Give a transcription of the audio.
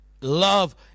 Love